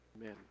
Amen